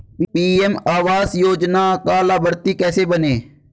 PM आवास योजना का लाभर्ती कैसे बनें?